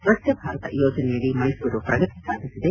ಸ್ವಚ್ದ ಭಾರತ ಯೋಜನೆಯಡಿ ಮೈಸೂರು ಪ್ರಗತಿ ಸಾಧಿಸಿದೆ